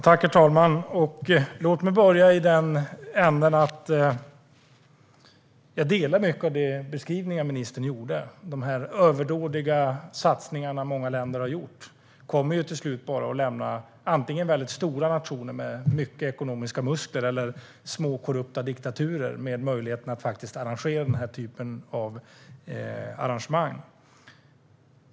Herr talman! Låt mig börja med att säga att jag håller med om många av de beskrivningar som ministern gjorde. De överdådiga satsningar som många länder har gjort kommer till slut bara att lämna möjligheten att arrangera den här typen av evenemang till antingen mycket stora nationer med ekonomiska muskler eller till små, korrupta diktaturer.